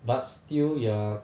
but still you're